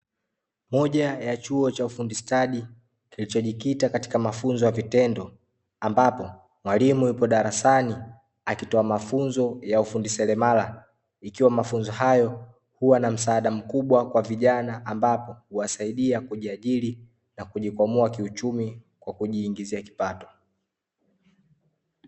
Moja ya chuo cha ufundi stadi, kilichojikita katika mafunzo ya vitendo, ambapo mwalimu yupo darasani, akitoa mafunzo ya ufundi seremala, ikiwa mafunzo hayo huwa na msaada mkubwa kwa vijana ambapo, huwasaidia kujiajiri na kujikwamua kiuchumi, kwa kujiingizia kipato.